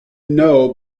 know